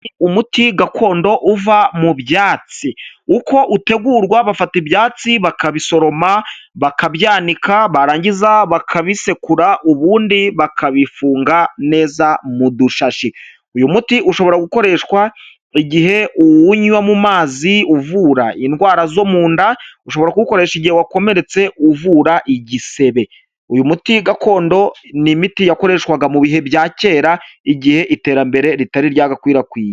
Umuti gakondo uva mu byatsi, uko utegurwa bafata ibyatsi bakabisoroma, bakabyanika, barangiza bakabisekura, ubundi bakabifunga neza mu dushashi, uyu muti ushobora gukoreshwa igihe uwunywa mu mazi, uvura indwara zo mu nda, ushobora kuwukoresha igihe wakomeretse uvura igisebe, uyu muti gakondo ni imiti yakoreshwaga mu bihe bya kera, igihe iterambere ritari ryagakwirakwiye.